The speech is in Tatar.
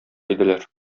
иделәр